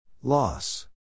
Loss